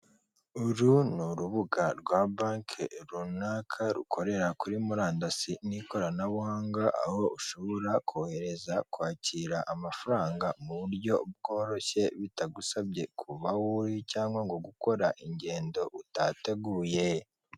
Uyu nguyu ni umuhanda mugari munini, uba urimo ibinyabiziga bitandukanye, hagati hari ikinyabiziga kinini, gitwara imizigo ndetse k'uruhande kunzira y'abanyamaguru hariho umuntu usanzwe utwaje undi imizigo akayimujyanira ahantu hatandukanye ubundi akamwishyura.